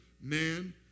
man